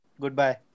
Goodbye